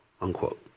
unquote